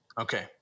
Okay